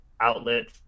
outlet